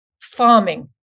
farming